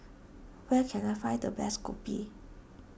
where can I find the best Kopi